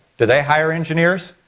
do they hire engineers?